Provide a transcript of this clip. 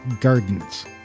gardens